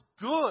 good